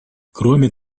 кроме